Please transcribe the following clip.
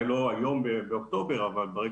בגלל